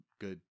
good